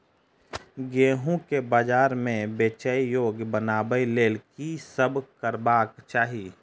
गेंहूँ केँ बजार मे बेचै योग्य बनाबय लेल की सब करबाक चाहि?